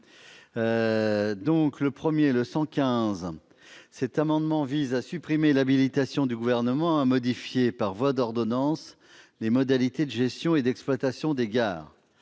d'appel. L'amendement n° 115 vise à supprimer l'habilitation du Gouvernement à modifier par voie d'ordonnance les modalités de gestion et d'exploitation des gares.